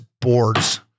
boards